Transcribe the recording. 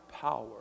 power